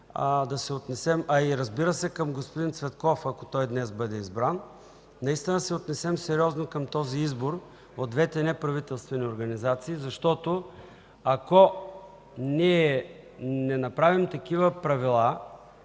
членове, разбира се, и към господин Цветков, ако той днес бъде избран, наистина да се отнесем сериозно към този избор от двете неправителствени организации, защото ако ние не направим такива правила,